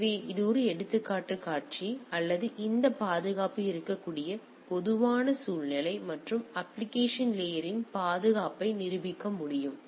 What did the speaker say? எனவே இது ஒரு எடுத்துக்காட்டு காட்சி அல்லது இந்த பாதுகாப்பு இருக்கக்கூடிய பொதுவான சூழ்நிலை மற்றும் அப்ப்ளிகேஷன் லேயர் இன் பாதுகாப்பை நிரூபிக்க முடியும்